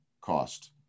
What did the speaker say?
cost